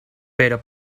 pero